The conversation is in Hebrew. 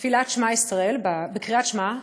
בתפילת שמע ישראל, בקריאת שמע,